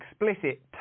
explicit